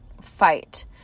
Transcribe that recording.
fight